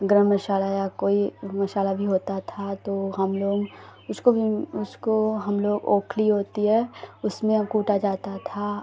गरम मसाला या कोई मसाला भी होता था तो हम लोग उसको भी उसको हम लोग ओखली होती है उसमें कूटा जाता था